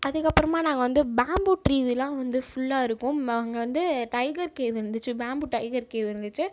அதுக்கப்புறமா நாங்கள் வந்து பேம்பு ட்ரீயெல்லாம் வந்து ஃபுல்லாக இருக்கும் அங்கே வந்து டைகர் கேவ் இருந்துச்சு பேம்பு டைகர் கேவ் இருந்துச்சு